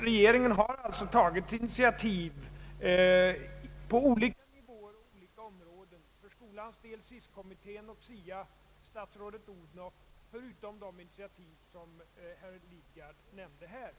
Regeringen har alltså tagit initiativ på olika nivåer och olika områden för skolans del förutom de initiativ herr Lidgard nämnde här.